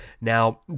Now